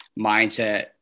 mindset